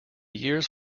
years